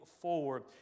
forward